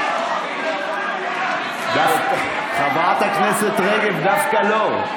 הממצאים, חברת הכנסת רגב, דווקא לא.